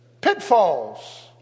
Pitfalls